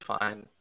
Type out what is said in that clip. fine